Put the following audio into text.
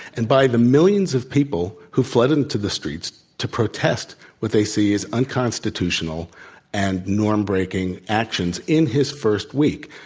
and by the millions of people who fled into the streets to protest what they see as unconstitutional and norm breaking actions in his first week.